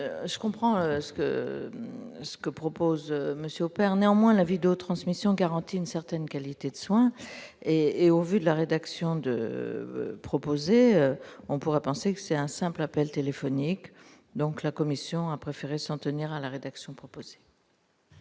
je comprends ce que. Que propose Monsieur opère néanmoins la vie de retransmission garantit une certaine qualité de soins, et au vu de la rédaction de proposer, on pourrait penser que c'est un simple appel téléphonique, donc la commission a préféré s'en tenir à la rédaction proposée.